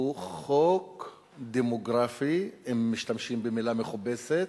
הוא חוק דמוגרפי, אם משתמשים במלה מכובסת,